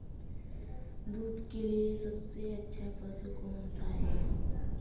दूध के लिए सबसे अच्छा पशु कौनसा है?